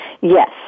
Yes